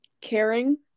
caring